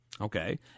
Okay